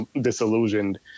disillusioned